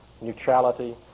neutrality